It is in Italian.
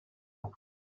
russa